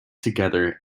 together